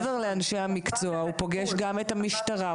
מעבר לאנשי המקצוע הוא פוגש גם את המשטרה,